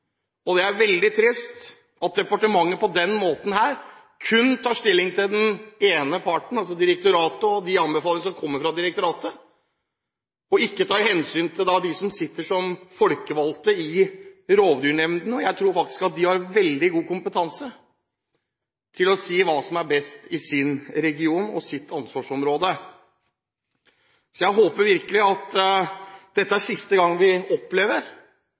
Det er veldig trist at departementet på denne måten kun tar hensyn til den ene parten, altså direktoratet og anbefalingene som kommer derfra, og ikke tar hensyn til dem som sitter som folkevalgte i rovdyrnemndene. Jeg tror faktisk de har veldig god kompetanse til å si hva som er best for deres region og deres anvarsområde. Jeg håper virkelig at dette er siste gang vi opplever